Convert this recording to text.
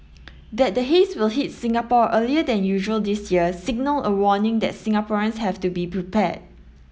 that the haze will hit Singapore earlier than usual this year signalled a warning that Singaporeans have to be prepared